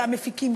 גם מפיקים,